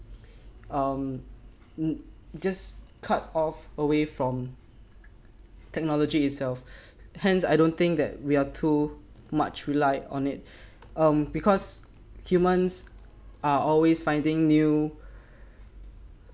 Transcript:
um just cut off away from technology itself hence I don't think that we're too much rely on it um because humans are always finding new